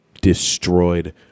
destroyed